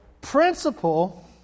principle